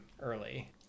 early